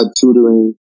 tutoring